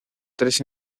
tres